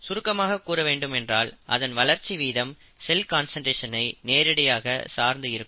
சுருக்கமாக கூற வேண்டும் என்றால் அதன் வளர்ச்சி வீதம் செல் கான்சன்ட்ரேஷன் ஐ நேரடியாக சார்ந்து இருக்கும்